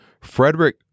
Frederick